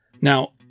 Now